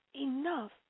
enough